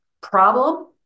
problem